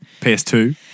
PS2